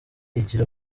igira